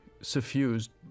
suffused